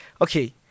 okay